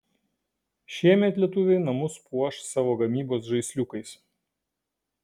šiemet lietuviai namus puoš savos gamybos žaisliukais